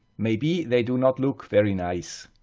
maybe they do not look very nice,